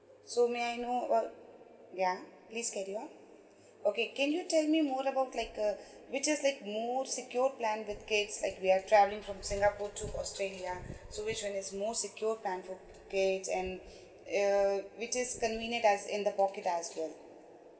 so may I know what yeah please carry on okay can you tell me more about like uh which is like more secured plan in the case like we are travelling from singapore to australia so which one is more secured plan for bookings and uh which is convenient as in the popular as well